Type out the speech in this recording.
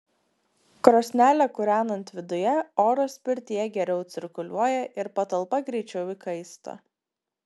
krosnelę kūrenant viduje oras pirtyje geriau cirkuliuoja ir patalpa greičiau įkaista